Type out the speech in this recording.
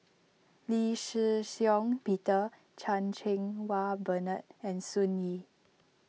Lee Shih Shiong Peter Chan Cheng Wah Bernard and Sun Yee